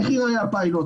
איך ייראה הפיילוט,